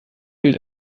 fehlt